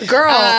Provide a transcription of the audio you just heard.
Girl